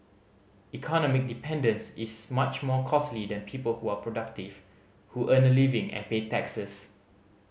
economic dependence is much more costly than people who are productive who earn a living and pay taxes